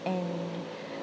and